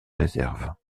réserves